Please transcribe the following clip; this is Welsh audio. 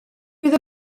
fydd